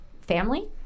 family